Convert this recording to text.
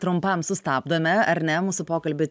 trumpam sustabdome ar ne mūsų pokalbį